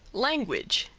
language,